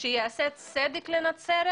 שייעשה צדק לנצרת.